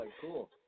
cool